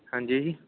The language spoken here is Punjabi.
ਹਾਂਜੀ ਜੀ